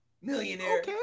Millionaire